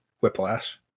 Whiplash